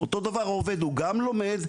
אותו דבר העובד הוא גם לומד,